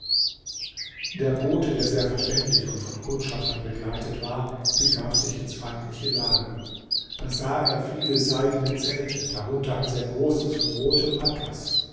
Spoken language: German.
der bote der sehr verständig und von kundschaftern begleitet war begab sich ins feindliche lager da sah er viele seidene zelte darunter ein sehr großes von rotem atlas